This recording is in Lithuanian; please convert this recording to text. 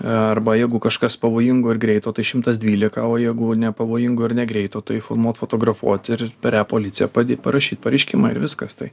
arba jeigu kažkas pavojingo ir greito tai šimtas dvylika o jeigu nepavojingo ir negreito tai informuot fotografuot ir per e policiją padėt parašyt pareiškimą ir viskas tai